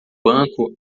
banco